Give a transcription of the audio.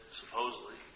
supposedly